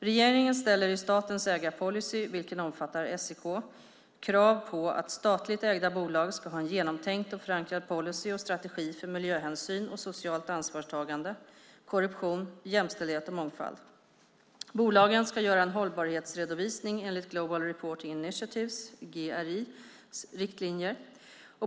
Regeringen ställer i statens ägarpolicy, vilken omfattar SEK, krav på att statligt ägda bolag ska ha en genomtänkt och förankrad policy och strategi för miljöhänsyn och socialt ansvarstagande, korruption, jämställdhet och mångfald. Bolagen ska göra en hållbarhetsredovisning enligt Global Reporting Initiatives, GRI:s, riktlinjer.